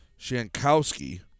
Shankowski